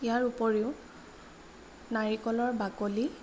ইয়াৰ উপৰিও নাৰিকলৰ বাকলি